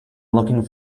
looking